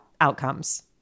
outcomes